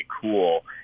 cool